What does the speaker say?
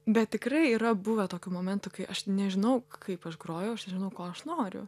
bet tikrai yra buvę tokių momentų kai aš nežinau kaip aš groju aš žinau ko aš noriu